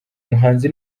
muhanzi